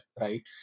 right